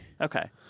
Okay